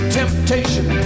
temptation